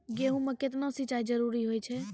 गेहूँ म केतना सिंचाई जरूरी होय छै?